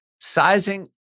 sizing